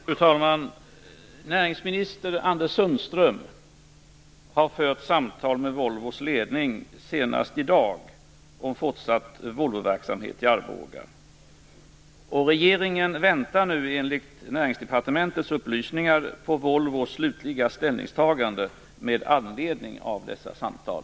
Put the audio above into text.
Fru talman! Näringsminister Anders Sundström har senast i dag fört samtal med Volvos ledning om fortsatt Volvoverksamhet i Arboga. Regeringen väntar nu enligt Näringsdepartementets upplysningar på Volvos slutliga ställningstagande med anledning av detta samtal.